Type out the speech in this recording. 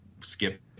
skip